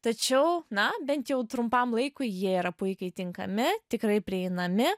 tačiau na bent jau trumpam laikui jie yra puikiai tinkami tikrai prieinami